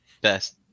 best